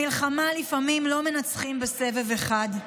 במלחמה לפעמים לא מנצחים בסבב אחד.